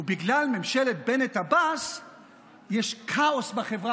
בגלל ממשלת בנט-עבאס יש כאוס בחברה